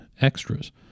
extras